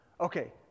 Okay